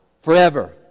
forever